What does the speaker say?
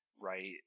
Right